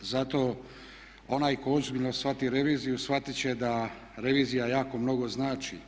Zato onaj tko ozbiljno shvati reviziju shvatit će da revizija jako mnogo znači.